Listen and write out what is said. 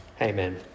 Amen